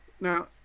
Now